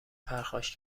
پرخاش